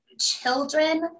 children